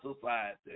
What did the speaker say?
society